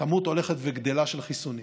כמות הולכת וגדלה של חיסונים.